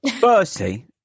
Firstly